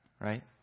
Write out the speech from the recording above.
Right